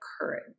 courage